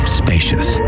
spacious